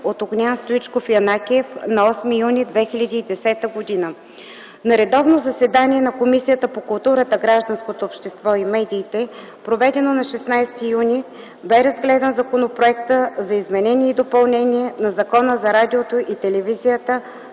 от Огнян Стоичков Янакиев на 8 юни 2010 г. На редовно заседание на Комисията по културата, гражданското общество и медиите, проведено на 16 юни 2010 г., бе разгледан Законопроектът за изменение и допълнение на Закона за радиото и телевизията,